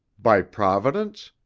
by providence?